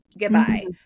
goodbye